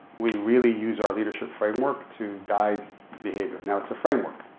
we really use our leadership framework to guide behavior. now, it's a framework.